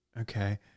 Okay